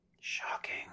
Shocking